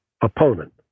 opponent